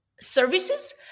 services